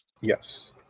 Yes